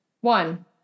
One